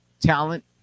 talent